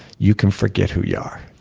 you can forget who you are.